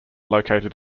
located